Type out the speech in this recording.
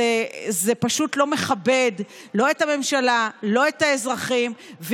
זה פשוט לא מכבד לא את הממשלה ולא את האזרחים.